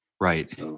Right